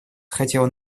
хотела